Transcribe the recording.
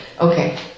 okay